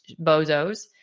bozos